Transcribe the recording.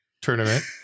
tournament